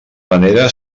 manera